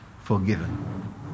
forgiven